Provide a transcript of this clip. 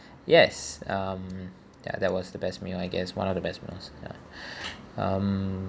yes um ya that was the best meal I guess one of the best meals yeah um